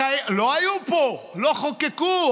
לא היו פה, לא חוקקו.